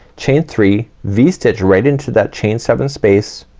chain three, v-stitch right into that chain seven space,